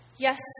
Yes